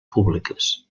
públiques